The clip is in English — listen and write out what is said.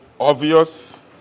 Obvious